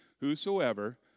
whosoever